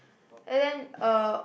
and then uh